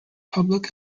public